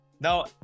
No